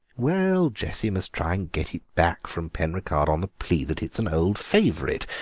well, jessie must try and get it back from penricarde on the plea that it's an old favourite.